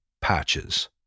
patches